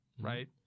right